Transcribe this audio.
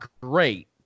great